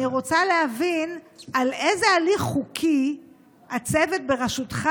אני רוצה להבין על איזה הליך חוקי הצוות בראשותך